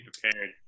prepared